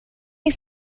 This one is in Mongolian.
нэг